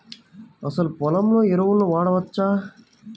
అసలు పొలంలో ఎరువులను వాడవచ్చా?